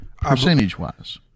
percentage-wise